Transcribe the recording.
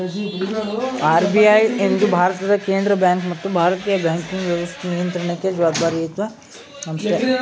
RBI ಎಂದು ಭಾರತದ ಕೇಂದ್ರ ಬ್ಯಾಂಕ್ ಮತ್ತು ಭಾರತೀಯ ಬ್ಯಾಂಕಿಂಗ್ ವ್ಯವಸ್ಥೆ ನಿಯಂತ್ರಣಕ್ಕೆ ಜವಾಬ್ದಾರಿಯತ ಸಂಸ್ಥೆ